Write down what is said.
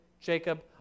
Jacob